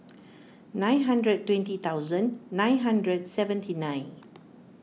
nine hundred twenty thousand nine hundred seventy nine